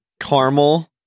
caramel